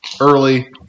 early